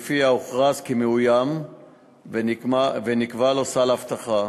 ולפיה הוא הוכרז כמאוים ונקבע לו סל אבטחה,